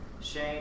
Shane